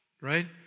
right